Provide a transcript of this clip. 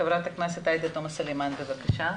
חברת הכנסת עאידה תומא סלימאן, בבקשה.